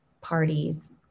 parties